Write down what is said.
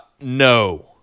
No